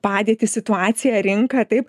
padėtį situaciją rinką taip